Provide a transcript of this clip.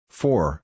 four